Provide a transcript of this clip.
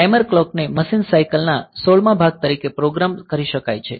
તેથી timer clock ને machine cycle ના 16 માં ભાગ તરીકે પ્રોગ્રામ કરી શકાય છે